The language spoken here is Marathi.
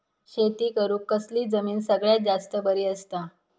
शेती करुक कसली जमीन सगळ्यात जास्त बरी असता?